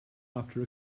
after